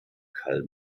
karl